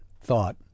thought